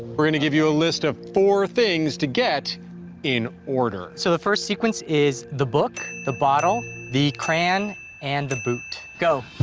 we're gonna give you a list of four things to get in order. so the first sequence is the book, the bottle, the crayon and the boot. go.